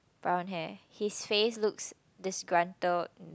brown hair his face looks disgruntled